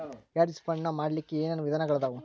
Hedge fund ನ ಮಾಡ್ಲಿಕ್ಕೆ ಏನ್ ವಿಧಾನಗಳದಾವು?